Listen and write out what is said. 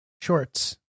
shorts